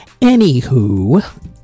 Anywho